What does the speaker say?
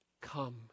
come